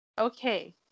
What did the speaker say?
Okay